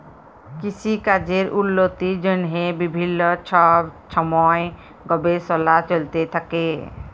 কিসিকাজের উল্লতির জ্যনহে বিভিল্ল্য ছব ছময় গবেষলা চলতে থ্যাকে